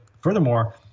Furthermore